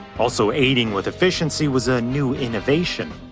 also aiding with efficiency was a new innovation.